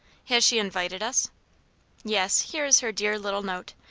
has she invited us yes here is her dear little note.